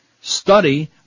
Study